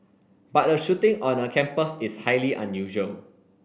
but a shooting on a campus is highly unusual